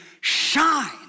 shine